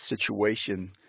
situation